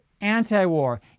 anti-war